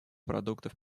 продуктов